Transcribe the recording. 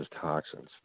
toxins